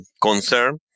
concern